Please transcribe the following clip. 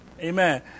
Amen